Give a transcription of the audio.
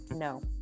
No